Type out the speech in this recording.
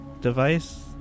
device